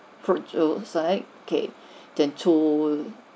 fruit juice right okay then two